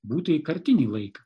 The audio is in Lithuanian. būtąjį kartinį laiką